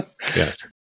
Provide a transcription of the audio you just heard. yes